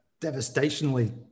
devastationally